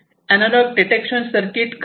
analogue detection circuit काय आहे